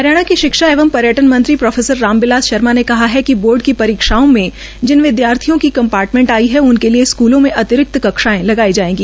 हरियाणा के शिक्षा एवं पर्यटन मंत्री प्रो राम बिलास शर्मा ने कहा है कि बोर्ड की परीक्षाओं जिन विदयार्थियों को कम्पार्टमेंट आई है उनके लिए स्कूलों में अतिरिक्त कक्षांए लगाई जायेंगी